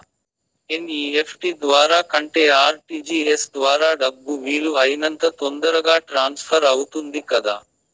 NEFT ద్వారా కంటే RTGS ద్వారా డబ్బు వీలు అయినంత తొందరగా ట్రాన్స్ఫర్ అవుతుంది కదా